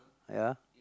ya